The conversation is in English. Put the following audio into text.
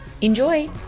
Enjoy